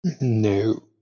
No